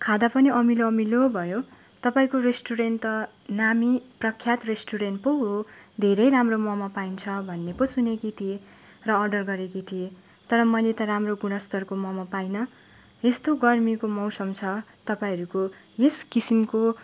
खाँदा पनि अमिलो अमिलो भयो तपाईँको रेस्टुरेन्ट त नामी प्रख्यात रेस्टुरेन्ट पो हो धेरै राम्रो मम पाइन्छ भन्ने पो सुनेकी थिएँ र अडर गरेको थिएँ तर मैले त राम्रो गुणस्तरको मम पाइनँ यस्तो गर्मीको मौसम छ तपाईँहरूको यस किसिमको